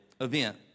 event